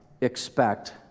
expect